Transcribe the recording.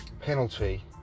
penalty